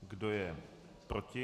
Kdo je proti?